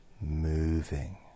moving